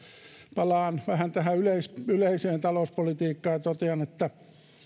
palaan vähän tähän yleiseen talouspolitiikkaan ja totean että